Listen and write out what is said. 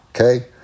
Okay